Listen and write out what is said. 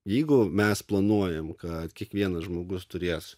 jeigu mes planuojam kad kiekvienas žmogus turės